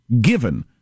Given